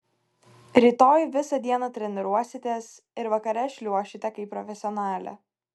rytoj visą dieną treniruositės ir vakare šliuošite kaip profesionalė